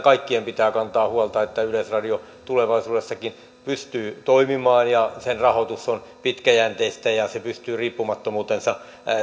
kaikkien pitää kantaa huolta että yleisradio tulevaisuudessakin pystyy toimimaan ja sen rahoitus on pitkäjänteistä ja se pystyy riippumattomuutensa